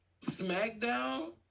SmackDown